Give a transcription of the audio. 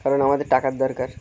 কারণ আমাদের টাকার দরকার